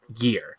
year